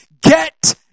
Get